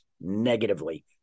negatively